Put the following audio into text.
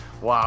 Wow